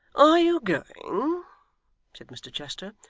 are you going said mr chester,